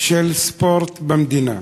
של ספורט במדינה.